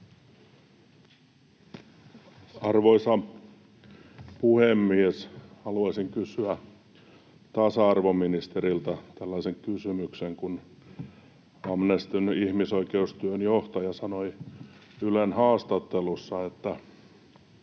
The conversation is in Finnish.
Arvoisa puhemies! Haluaisin kysyä kysymyksen tasa-arvoministeriltä. Amnestyn ihmisoikeustyön johtaja sanoi Ylen haastattelussa, että